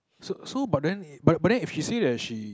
so so but then but then if she say that she